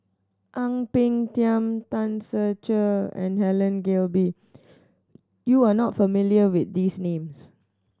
Ang Peng Tiam Tan Ser Cher and Helen Gilbey you are not familiar with these names